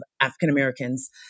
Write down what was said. African-Americans